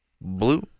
Blue